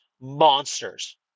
monsters